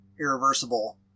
Irreversible